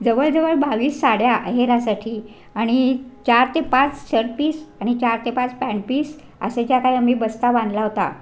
जवळजवळ बावीस साड्या आहेरासाठी आणि चार ते पाच शर्ट पीस आणि चार ते पाच पॅन्ट पीस असेच्या काही आम्ही बस्ता बांधला होता